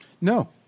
No